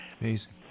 Amazing